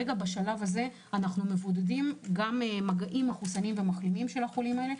בשלב הזה אנחנו מבודדים גם מגעים מחוסנים ומחלימים של החולים האלה.